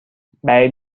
بعید